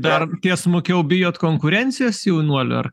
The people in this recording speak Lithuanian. dar tiesmukiau bijot konkurencijos jaunuolių ar